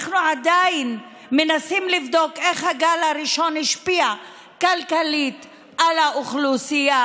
אנחנו עדיין מנסים לבדוק איך הגל הראשון השפיע כלכלית על האוכלוסייה,